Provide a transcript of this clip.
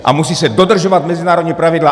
A musí se dodržovat mezinárodní pravidla.